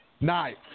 Nice